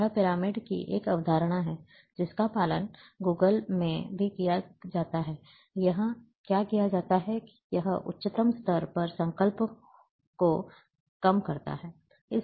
यह पिरामिड की एक अवधारणा है जिसका पालन Google धरती में भी किया जाता है यहाँ क्या किया जाता है कि यह उच्चतम स्तर पर संकल्प को कम करता है